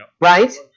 right